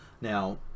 now